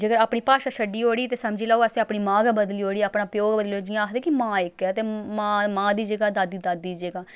जेकर अपनी भाशा छड्डी ओड़ी ते समझी लैओ असें अपनी मां गै बदली ओड़ी अपना प्यो गै बदली ओड़ेआ जियां आखदे कि मां इक ऐ ते मां दी जगह् दादी दादी दी जगह्